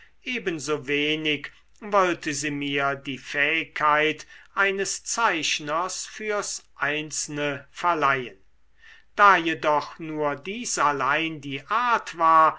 ebenso wenig wollte sie mir die fähigkeit eines zeichners fürs einzelne verleihen da jedoch nur dies allein die art war